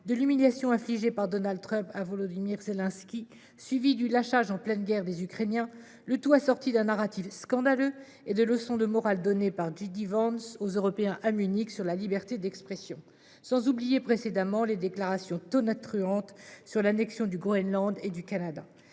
de l’humiliation infligée par Donald Trump à Volodymyr Zelensky, suivie du lâchage en pleine guerre des Ukrainiens, le tout assorti d’un narratif scandaleux et de leçons de morale données par J.D. Vance aux Européens à Munich sur la liberté d’expression. Je n’oublie pas les déclarations tonitruantes sur l’annexion du Groenland et du Canada.